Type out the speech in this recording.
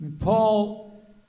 Paul